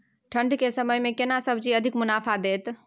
ठंढ के समय मे केना सब्जी अधिक मुनाफा दैत?